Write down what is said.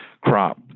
crop